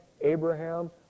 Abraham